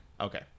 Okay